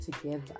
together